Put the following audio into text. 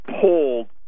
pulled